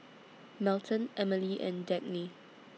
Melton Emmalee and Dagny